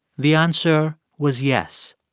the answer was yes.